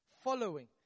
Following